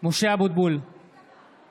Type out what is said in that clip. (קורא בשמות חברי הכנסת)